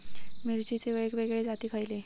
मिरचीचे वेगवेगळे जाती खयले?